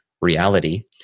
reality